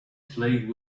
plagued